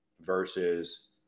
versus